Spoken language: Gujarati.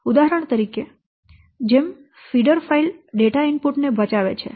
ઉદાહરણ તરીકે જેમ ફીડર ફાઇલ ડેટા ઇનપુટ ને બચાવે છે